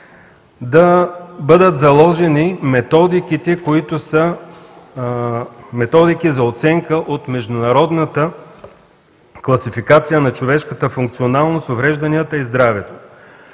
да бъдат заложени методиките, които са методики за оценка от Международната класификация на човешката функционалност, уврежданията и здравето.